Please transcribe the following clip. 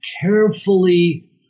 carefully